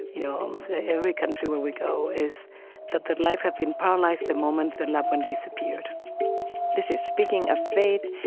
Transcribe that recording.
you know, in almost every country where we go is that their life had been paralyzed the moment their loved one disappeared this is speaking of faith.